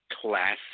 class